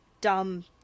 dumb